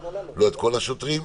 לא את כל השוטרים,